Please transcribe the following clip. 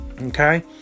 okay